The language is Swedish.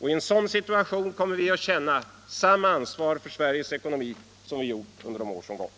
I en sådan situation kommer vi att känna samma ansvar för Sveriges ekonomi som vi gjort under de år som gått.